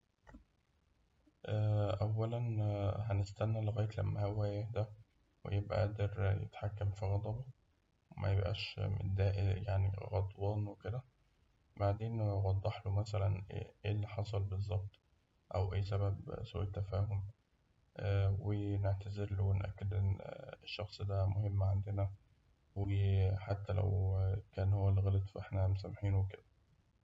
أولاً هنستنى لغاية ما هو يهدى ويبقى قادر يتحكم في غضبه ميبقاش متض- يعني غضبان وكده، بعدين أوضح له مثلاً اللي حصل بالظبط أو إيه سبب سوء التفاهم ونعتذر له ونأكد إن الشخص ده مهم عندنا وحتى لو كان هو اللي غلط فإحنا مسامحينه وكده.